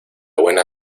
buena